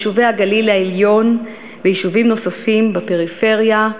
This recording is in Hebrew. יישובי הגליל העליון ויישובים נוספים בפריפריה,